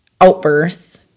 outbursts